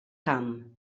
camp